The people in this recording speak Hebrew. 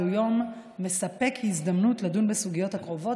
זהו יום המספק הזדמנות לדון בסוגיות הקרובות